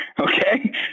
Okay